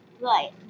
Right